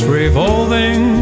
revolving